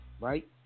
right